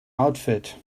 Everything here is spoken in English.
outfit